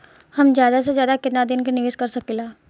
हम ज्यदा से ज्यदा केतना दिन के निवेश कर सकिला?